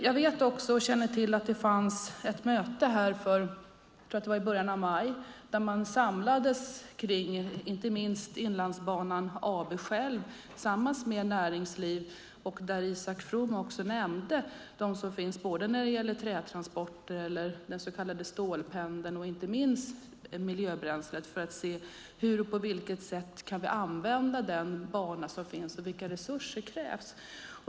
Jag känner till att det var ett möte - jag tror att det var i början av maj - där inte minst Inlandsbanan AB själv samlades tillsammans med näringsliv. Isak From nämnde också dem som finns när det gäller trätransporter eller den så kallade stålpendeln och inte minst miljöbränslet. Det handlar om att se: På vilket sätt kan vi använda den bana som finns, och vilka resurser krävs?